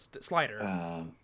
Slider